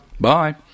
Bye